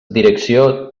direcció